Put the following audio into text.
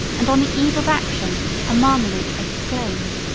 and on the eve of action a mamaluke exclaimed,